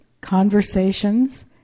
conversations